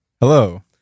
Hello